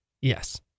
Yes